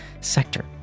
sector